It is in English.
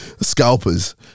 Scalpers